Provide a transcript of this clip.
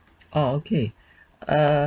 oh okay err